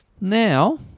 Now